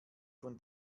von